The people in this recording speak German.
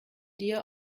dir